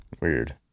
Weird